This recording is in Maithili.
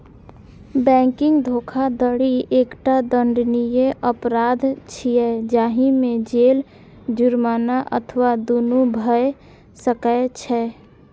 बैंकिंग धोखाधड़ी एकटा दंडनीय अपराध छियै, जाहि मे जेल, जुर्माना अथवा दुनू भए सकै छै